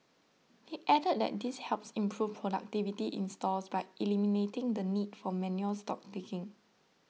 he added that this helps improve productivity in stores by eliminating the need for manual stock taking